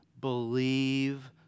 Believe